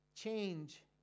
Change